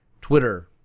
Twitter